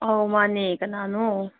ꯑꯥꯎ ꯃꯥꯟꯅꯦ ꯀꯅꯥꯅꯣ